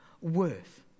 worth